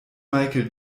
michael